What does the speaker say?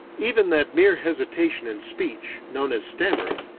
even that mere hesitation in speech, known as stammering,